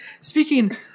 Speaking